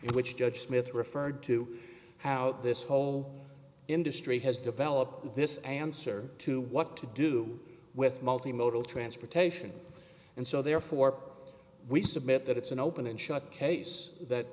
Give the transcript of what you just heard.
which judge smith referred to how this whole industry has developed this answer to what to do with multi modal transportation and so therefore we submit that it's an open and shut case that